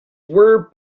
were